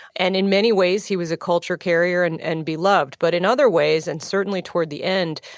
and in many ways, he was a culture carrier and and beloved. but in other ways, and certainly toward the end,